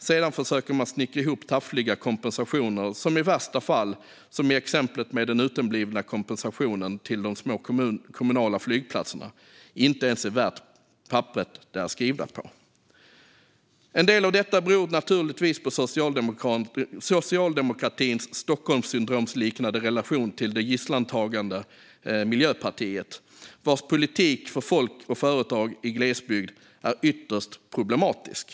Sedan försöker man att snickra ihop taffliga kompensationer som i värsta fall, som i exemplet med den uteblivna kompensationen till de små kommunala flygplatserna, inte ens är värda papperet de är skrivna på. En del av detta beror naturligtvis på socialdemokratins Stockholmssyndromsliknande relation till det gisslantagande Miljöpartiet, vars politik för folk och företag i glesbygd är ytterst problematisk.